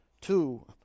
two